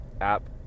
app